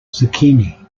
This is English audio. zucchini